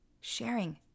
sharing